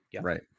Right